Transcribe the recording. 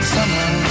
Summer